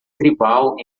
tribal